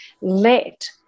let